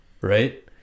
Right